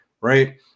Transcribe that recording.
right